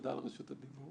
תודה על רשות הדיבור.